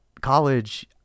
college